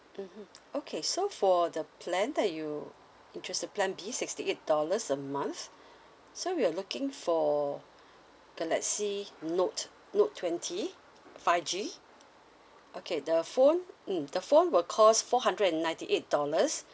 mmhmm okay so for the plan that you interested plan B sixty eight dollars a month so you're looking for galaxy note note twenty five G okay the phone mm the phone will cost four hundred and ninety eight dollars